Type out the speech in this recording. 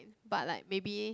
but like maybe